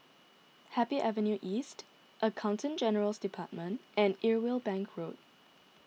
Happy Avenue East Accountant General's Department and Irwell Bank Road